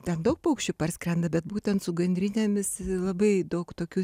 ten daug paukščių parskrenda bet būtent su gandrinėmis labai daug tokių